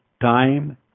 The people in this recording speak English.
time